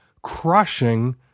crushing